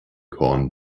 korn